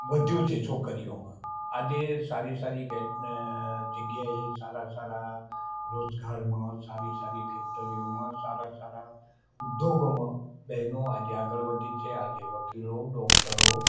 વધ્યું છે છોકરીઓમાં આજે સારી સારી કેડ ન જગ્યાએ સારા સારા રોજગારમાં સારી સારી ફેક્ટરીઓમાં સારા સારા ઉદ્યોગોમાં બહેનો આજે આગળ વધી છે આજે વકીલો ડૉક્ટરો